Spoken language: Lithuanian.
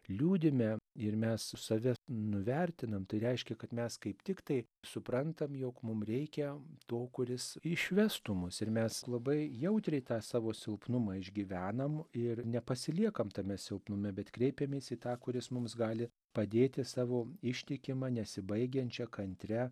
liūdime ir mes save nuvertinam tai reiškia kad mes kaip tiktai suprantam jog mum reikia to kuris išvestų mus ir mes labai jautriai tą savo silpnumą išgyvenam ir nepasiliekam tame silpnume bet kreipėmės į tą kuris mums gali padėti savo ištikima nesibaigiančia kantria